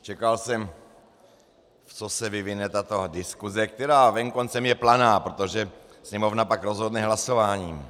Čekal jsem, co se vyvine, tato diskuse, která venkoncem je planá, protože Sněmovna pak rozhodne hlasováním.